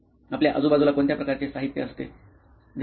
आपल्या आजूबाजूला कोणत्या प्रकारचे साहित्य असते जेव्हा